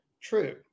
true